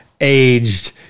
aged